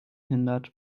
hindert